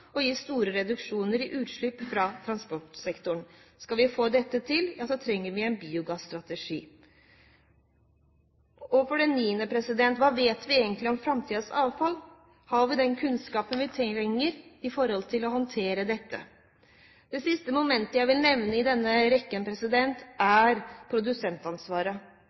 gi store reduksjoner i utslippene fra transportsektoren. Skal vi få dette til, trenger vi en biogasstrategi. Punkt 9: Hva vet vi egentlig om framtidens avfall? Har vi den kunnskapen vi trenger for å håndtere dette? Det siste momentet jeg vil nevne i denne rekken, er produsentansvaret.